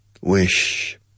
wish